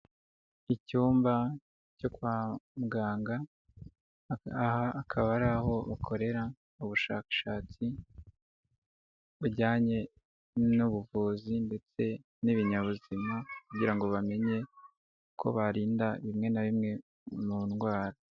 Icyumba cyo kwa muganga aha akaba ari aho bakorera ubushakashatsi bujyanye n'ubuvuzi ndetse n'ibinyabuzima kugira ngo bamenye ko birinda bimwe na bimwe mu ndwara.